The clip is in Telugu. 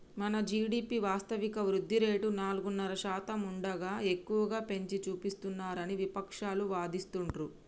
మన జీ.డి.పి వాస్తవిక వృద్ధి రేటు నాలుగున్నర శాతం ఉండగా ఎక్కువగా పెంచి చూపిస్తున్నారని విపక్షాలు వాదిస్తుండ్రు